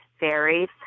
varies